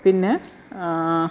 പിന്നെ